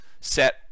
set